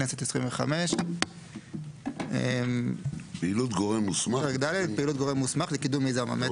כנסת 25. "פעילות גורם מוסמך לקידום מיזם המטרו".